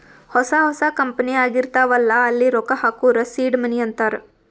ಹೊಸಾ ಹೊಸಾ ಕಂಪನಿ ಆಗಿರ್ತಾವ್ ಅಲ್ಲಾ ಅಲ್ಲಿ ರೊಕ್ಕಾ ಹಾಕೂರ್ ಸೀಡ್ ಮನಿ ಅಂತಾರ